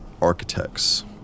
architects